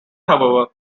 however